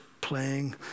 playing